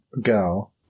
go